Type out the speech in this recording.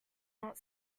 not